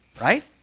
right